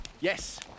Yes